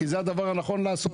כי זה הדבר שנכון לעשות.